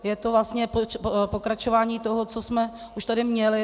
Je to vlastně pokračování toho, co jsme už tady měli.